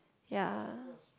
ya